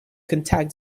contact